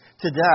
today